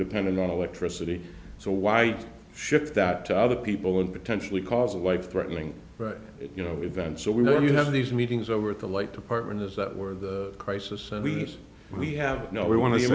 dependent on electricity so why shift that to other people and potentially cause a life threatening you know event so we know you have these meetings over at the like department is that where the crisis and we just we have no we want to